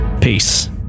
peace